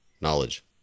Knowledge